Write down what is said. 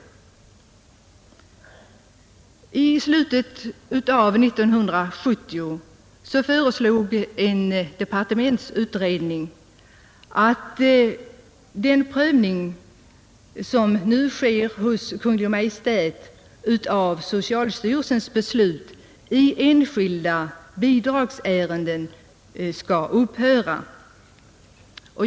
I slutet av 1970 föreslog en departementsutredning att den prövning som nu sker hos Kungl. Maj:t av socialstyrelsens beslut i enskilda bidragsärenden skall upphöra.